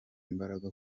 imbaraga